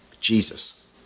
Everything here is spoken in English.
Jesus